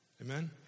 Amen